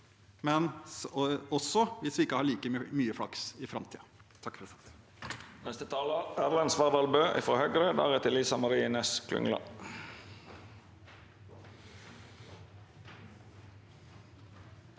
– også hvis vi ikke har like mye flaks i framtiden.